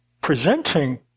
Presenting